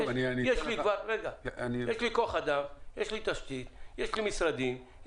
יש לי כוח אדם, יש לי תשתית, יש לי משרדים,